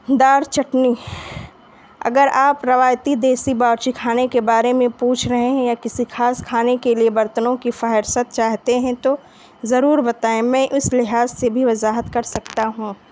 دار چٹنی اگر آپ روایتی دیسی باورچی خانے کے بارے میں پوچھ رہے ہیں یا کسی خاص کھانے کے لیے برتنوں کی فہرست چاہتے ہیں تو ضرور بتائیں میں اس لحاظ سے بھی وضاحت کر سکتا ہوں